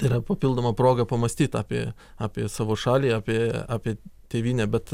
yra papildoma proga pamąstyt apie apie savo šalį apie apie tėvynę bet